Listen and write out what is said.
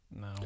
no